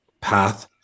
path